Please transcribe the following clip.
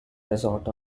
resort